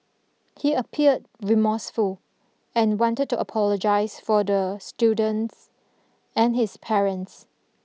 he appeared remorseful and wanted to apologize for the students and his parents